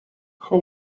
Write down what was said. how